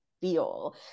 feel